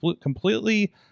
completely